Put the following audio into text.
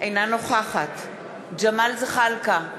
אינה נוכחת ג'מאל זחאלקה,